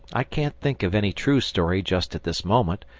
i can't think of any true story just at this moment,